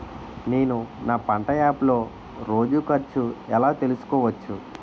నేను నా పంట యాప్ లో రోజు ఖర్చు ఎలా తెల్సుకోవచ్చు?